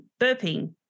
burping